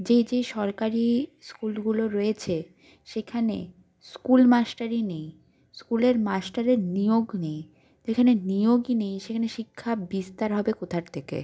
যে যে সরকারি স্কুলগুলো রয়েছে সেখানে স্কুল মাস্টারই নেই স্কুলের মাস্টারের নিয়োগ নেই যেখানে নিয়োগই নেই সেখানে শিক্ষা বিস্তার হবে কোথার থেকে